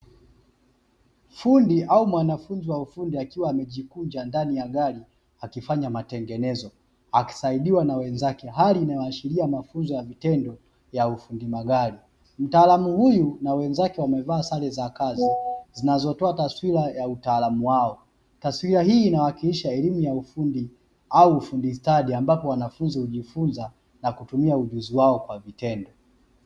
Fundi au mwanafunzi wa ufundi akiwa amejikunja ndani ya gari akifanya matengenezo, akisaidiwa na wenzake. Hali inayoshiria mafunzo ya vitendo ya ufundi magari. Mtaalamu huyu na wenzake wamevaa sare za kazi zinazotoa taswira ya utaalamu wao. Taswira hii inawakilisha elimu ya ufundi au ufundistadi ambapo wanafunzi hujifunza na kutumia ujuzi wao kwa vitendo.